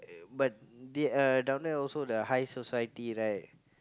but there are down there also the high society right